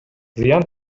зыян